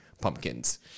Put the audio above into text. pumpkins